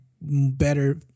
better